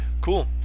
Cool